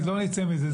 כי לא נצא מזה.